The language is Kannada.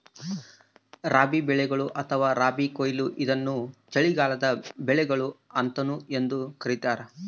ರಬಿ ಬೆಳೆಗಳು ಅಥವಾ ರಬಿ ಕೊಯ್ಲು ಇದನ್ನು ಚಳಿಗಾಲದ ಬೆಳೆಗಳು ಅಂತಾನೂ ಎಂದೂ ಕರೀತಾರ